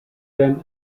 then